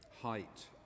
height